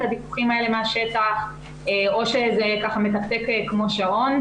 הדיווחים האלה מהשטח או שזה מתקתק כמו שעון,